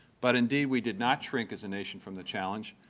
but indeed we did not shrink as a nation from the challenge.